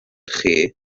chi